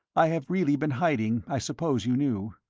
i have really been hiding. i suppose you knew?